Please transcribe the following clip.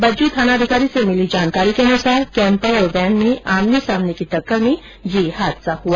बज्जू थानाधिकारी से मिली जानकारी के अनुसार कैम्पर और वेन में आमने सामने की टक्कर में ये हादसा हुआ